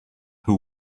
who